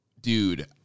Dude